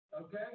okay